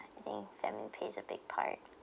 I think family plays a big part